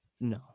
No